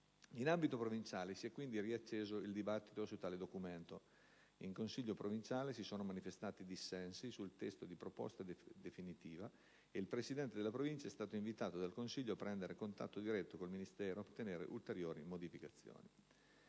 In ambito provinciale si è quindi riacceso il dibattito su tale documento: in consiglio provinciale si sono manifestati dissensi sul testo di proposta definitiva e il presidente della Provincia è stato invitato dal consiglio a prendere contatto diretto con il Ministero per ottenere ulteriori modificazioni.